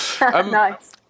Nice